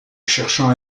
cherchant